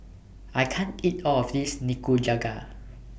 I can't eat All of This Nikujaga